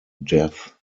death